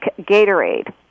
Gatorade